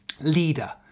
leader